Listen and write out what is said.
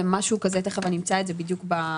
תכף אמצא את זה בחקיקה.